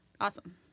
Awesome